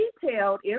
detailed